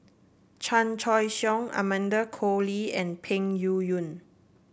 Chan Choy Siong Amanda Koe Lee and Peng Yuyun